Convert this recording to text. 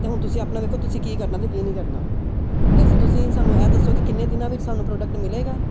ਤਾਂ ਹੁਣ ਤੁਸੀਂ ਆਪਣਾ ਦੇਖੋ ਤੁਸੀਂ ਕੀ ਕਰਨਾ ਅਤੇ ਕੀ ਨਹੀਂ ਕਰਨਾ ਵੈਸੇ ਤੁਸੀਂ ਸਾਨੂੰ ਇਹ ਦੱਸੋ ਕਿ ਕਿੰਨੇ ਦਿਨਾਂ ਵਿੱਚ ਸਾਨੂੰ ਪ੍ਰੋਡਕਟ ਮਿਲੇਗਾ